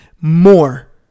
more